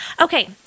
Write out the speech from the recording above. okay